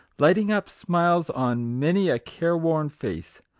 lighting up smiles on many a care-worn face.